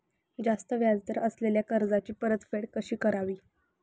जास्त व्याज दर असलेल्या कर्जाची परतफेड कशी करावी?